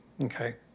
Okay